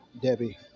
Debbie